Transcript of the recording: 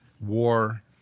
war